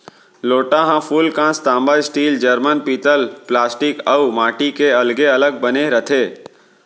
लोटा ह फूलकांस, तांबा, स्टील, जरमन, पीतल प्लास्टिक अउ माटी के अलगे अलग बने रथे